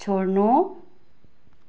छोड्नु